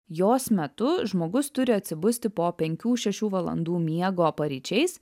jos metu žmogus turi atsibusti po penkių šešių valandų miego paryčiais